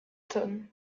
tonnes